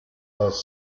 does